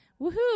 Woohoo